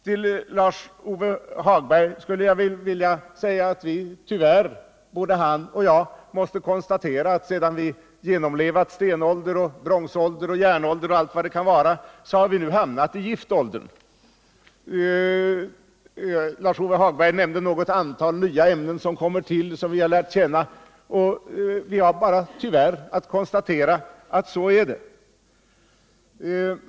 Till Lars-Ove Hagberg skulle jag vilja säga att tyvärr både han och jag måste konstatera att sedan människosläktet genomlevt stenåldern, järnåldern och allt vad det kan vara har vi nu hamnat i giftåldern. Lars-Ove Hagberg nämnde något antal nya ämnen som vi lärt känna, och vi har tyvärr bara att konstatera att så är det.